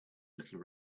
little